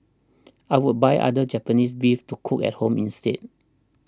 I would buy other Japanese beef to cook at home instead